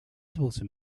visible